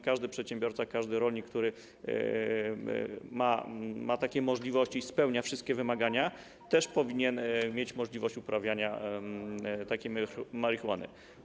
Każdy przedsiębiorca, każdy rolnik, który ma takie możliwości i spełnia wszystkie wymagania, też powinien mieć możliwość uprawiania takiej marihuany.